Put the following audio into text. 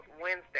Wednesday